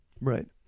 right